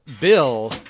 bill